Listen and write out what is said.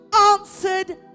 answered